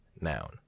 noun